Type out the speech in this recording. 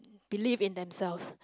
believe in themselves